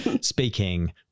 speaking